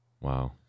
wow